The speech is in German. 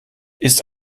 ist